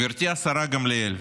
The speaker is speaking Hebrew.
גברתי השרה גמליאל,